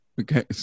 okay